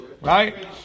right